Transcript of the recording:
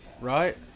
right